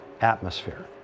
atmosphere